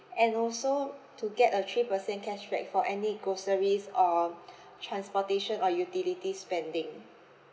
and also to get a three percent cashback for any groceries or transportation or utility spending